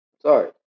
Sorry